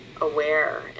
aware